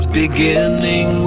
beginning